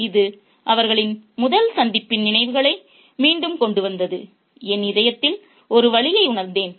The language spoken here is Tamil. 'இது அவர்களின் முதல் சந்திப்பின் நினைவுகளை மீண்டும் கொண்டு வந்தது என் இதயத்தில் ஒரு வலியை உணர்ந்தேன்